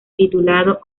titulado